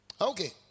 Okay